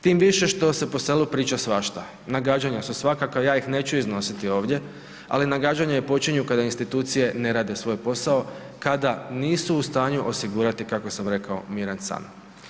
Tim više što se po selu priča svašta, nagađanja su svakakva, ja ih neću iznositi ovdje, ali nagađanja počinju kada institucije ne rade svoj posao, kada nisu u stanju osigurati, kako sam rekao, miran san.